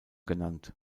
genannt